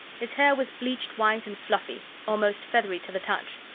his hair was bleached-white and fluffy, almost feathery to the touch.